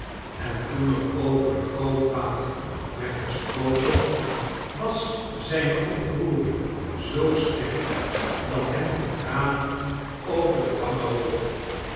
en toen er over den grootvader werd gesproken was zijne ontroering zoo sterk dat hem de tranen over de wangen rolden